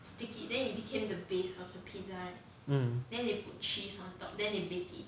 mm